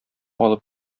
алып